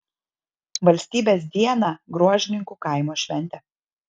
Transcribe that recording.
valstybės dieną gruožninkų kaimo šventė